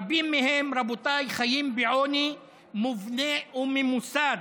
רבים מהם, רבותיי, חיים בעוני מובנה וממוסד,